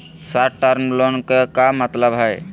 Short term loan के का मतलब हई?